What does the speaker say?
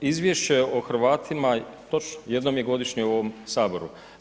Izvješće o Hrvatima, točno, jednom je godišnje u ovom Saboru.